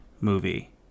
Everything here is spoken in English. movie